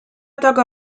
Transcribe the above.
taga